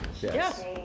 yes